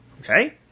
Okay